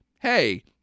hey